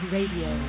Radio